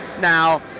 Now